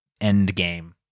Endgame